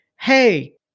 Hey